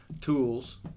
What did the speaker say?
tools